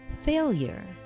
failure